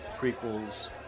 prequels